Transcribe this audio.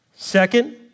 Second